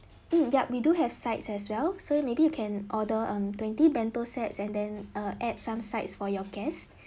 mm yup we do have sides as well so maybe you can order um twenty bento sets and then err add some sides for your guests